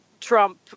Trump